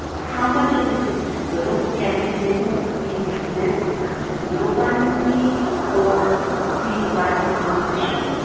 how much of it is too little and indicative of being at risk for too little vitamin d or being vitamin d deficient?